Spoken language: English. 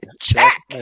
check